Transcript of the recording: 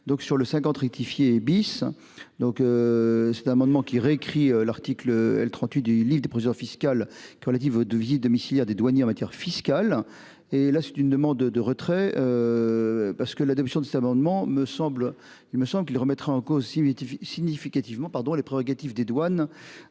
donc sur le 50 rectifié bis donc. Cet amendement qui réécrit l'article L 38 du lit des plusieurs fiscal que relative aux deux visites domiciliaires des douaniers en matière fiscale et là c'est une demande de retrait. Parce que l'adoption de cet amendement me semble, il me semble qu'il remettrait en cause vite significativement pardon les prérogatives des douanes